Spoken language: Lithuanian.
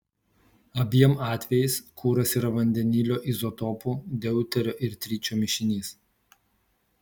abiem atvejais kuras yra vandenilio izotopų deuterio ir tričio mišinys